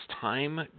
time